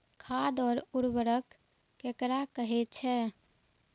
खाद और उर्वरक ककरा कहे छः?